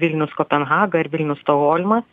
vilnius kopenhaga ar vilnius stokholmas